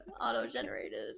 auto-generated